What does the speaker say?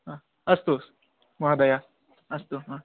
हा अस्तु महोदय अस्तु हा